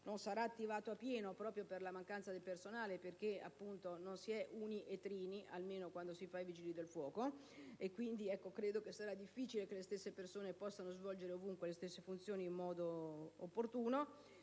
non sarà attivato a pieno proprio per la mancanza di personale. Ricordo che non si è «uni e trini», almeno quando si fa i Vigili del fuoco, per cui sarà difficile che le medesime persone possano svolgere ovunque le stesse funzioni in modo opportuno